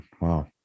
Wow